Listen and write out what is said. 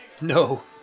No